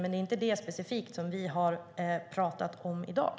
Men det är inte specifikt detta som vi har talat om i dag.